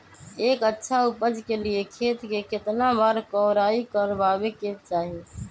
एक अच्छा उपज के लिए खेत के केतना बार कओराई करबआबे के चाहि?